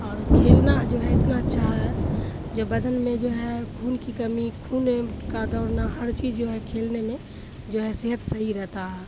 اور کھیلنا جو ہے اتنا اچھا ہے جو بدن میں جو ہے خون کی کمی خون کا دوڑنا ہر چیز جو ہے کھیلنے میں جو ہے صحت صحیح رہتا ہے